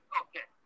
okay